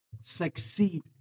succeed